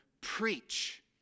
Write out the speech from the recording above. preach